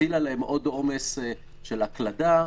הכנ"ר ולהטיל עליהם עוד עומס עם ההקלדה.